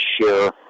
share